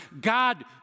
God